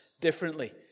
differently